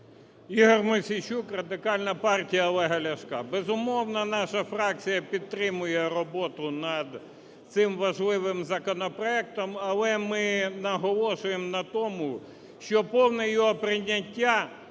Ігор Мосійчук, Радикальна партія Олега Ляшка. Безумовно, наша фракція підтримує роботу над цим важливим законопроектом. Але ми наголошуємо на тому, що повне його прийняття